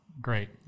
great